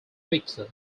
victor